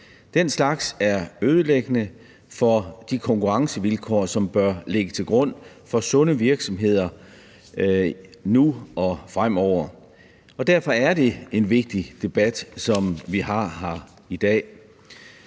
er det ødelæggende for de konkurrencevilkår, som bør ligge til grund for sunde virksomheder nu og fremover, og derfor er det en vigtig debat, som vi har her i dag.